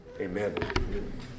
Amen